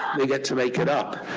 they get to make it up.